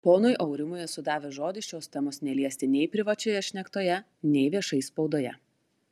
ponui aurimui esu davęs žodį šios temos neliesti nei privačioje šnektoje nei viešai spaudoje